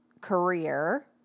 career